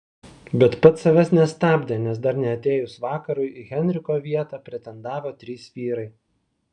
bet pats savęs nestabdė nes dar neatėjus vakarui į henriko vietą pretendavo trys vyrai